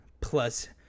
Plus